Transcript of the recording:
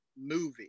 Movie